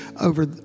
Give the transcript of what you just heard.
over